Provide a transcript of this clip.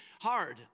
hard